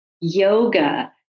yoga